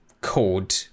code